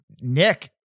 nick